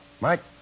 Mike